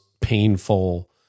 painful